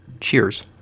Cheers